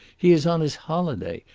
he is on his holiday.